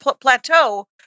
plateau